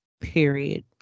Period